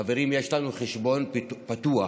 חברים, יש לנו חשבון פתוח